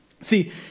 See